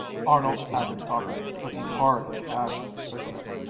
arnold added thoughtfully, looking hard at the ash of his cigarette,